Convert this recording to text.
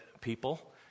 people